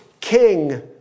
king